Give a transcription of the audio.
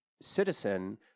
citizen